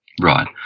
Right